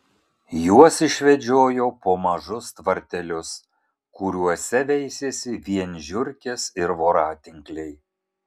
juos išvedžiojo po mažus tvartelius kuriuose veisėsi vien žiurkės ir voratinkliai